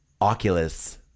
oculus